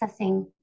accessing